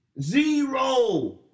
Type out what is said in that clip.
Zero